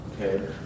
Okay